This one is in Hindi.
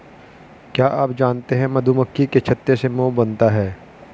क्या आप जानते है मधुमक्खी के छत्ते से मोम बनता है